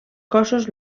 cossos